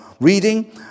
reading